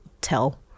tell